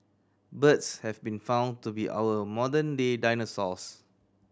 birds have been found to be our modern day dinosaurs